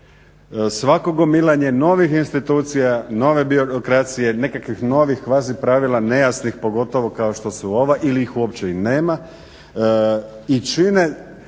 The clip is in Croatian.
svako gomilanje novih institucija, nove birokracije, nekakvih novih kvazipravila nejasnih, pogotovo kao što su ova, ili ih uopće i nema, i čine